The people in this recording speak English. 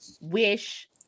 Wish